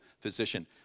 physician